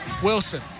Wilson